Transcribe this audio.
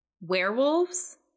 Werewolves